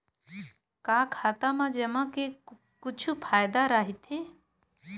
का खाता मा जमा के कुछु फ़ायदा राइथे?